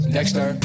Dexter